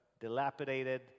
dilapidated